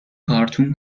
کارتون